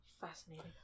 Fascinating